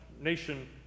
nation